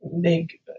big